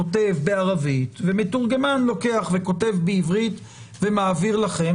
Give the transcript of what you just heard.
כותב בערבית ומתורגמן לוקח וכותב בעברית ומעביר לכם